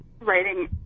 writing